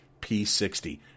P60